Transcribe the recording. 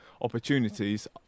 opportunities